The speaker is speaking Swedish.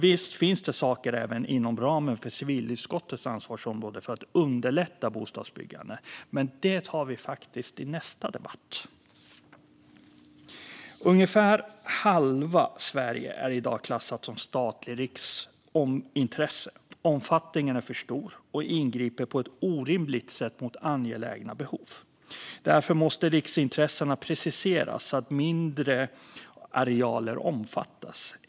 Visst finns det saker även inom ramen för civilutskottets ansvarsområde för att underlätta bostadsbyggandet, men det tar vi i nästa debatt. Ungefär halva Sverige är i dag klassat som statligt riksintresse. Omfattningen är för stor och ingriper på ett orimligt sätt mot angelägna behov. Därför måste riksintressena preciseras så att mindre arealer omfattas.